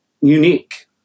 unique